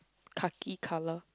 khaki colour